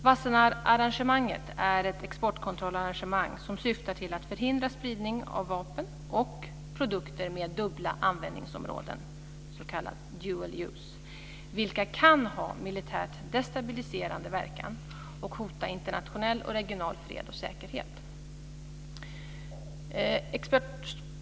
Wassenaararrangemanget är ett exportkontrollarrangemang som syftar till att förhindra spridning av vapen och produkter med dubbla användningsområden, s.k. dual use, vilka kan ha militärt destabiliserande verkan och hota internationell och regional fred och säkerhet.